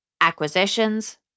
acquisitions